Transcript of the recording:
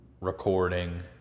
recording